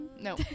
No